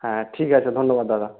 হ্যাঁ ঠিক আছে ধন্যবাদ দাদা